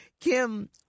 Kim